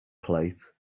plate